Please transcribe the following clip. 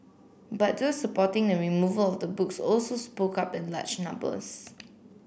but those supporting the removal of the books also spoke up in large numbers